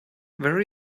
there